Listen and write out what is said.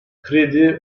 kredi